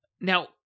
Now